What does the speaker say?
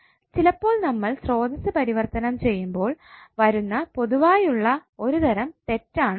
ചിലപ്പോൾ നമ്മൾ സ്രോതസ്സ് പരിവർത്തനം ചെയ്യുമ്പോൾ വരുന്ന പൊതുവായുള്ള ഒരു തരം തെറ്റാണ് ഇത്